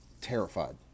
terrified